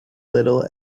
little